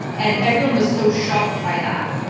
and everyone was so shocked by that.